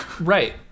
Right